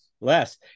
less